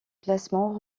classement